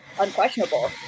unquestionable